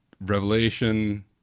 Revelation